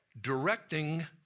directing